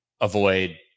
avoid